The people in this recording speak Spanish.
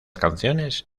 canciones